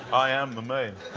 i am the moon.